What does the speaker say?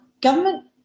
government